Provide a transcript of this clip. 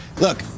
Look